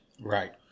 Right